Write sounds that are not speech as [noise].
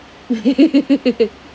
[laughs]